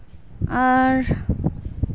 ᱟᱨ